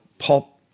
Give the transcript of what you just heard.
pop